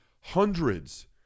hundreds